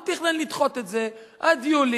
הוא תכנן לדחות את זה עד יולי,